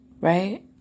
Right